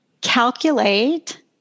calculate